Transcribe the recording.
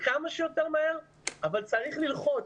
כמה שיותר מהר אבל צריך ללחוץ.